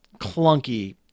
clunky